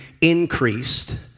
increased